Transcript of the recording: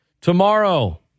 Tomorrow